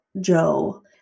Joe